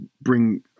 bring